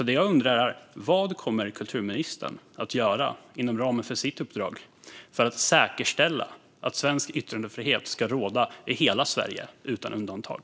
Det jag undrar är: Vad kommer kulturministern att göra inom ramen för sitt uppdrag för att säkerställa att svensk yttrandefrihet ska råda i hela Sverige utan undantag?